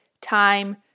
time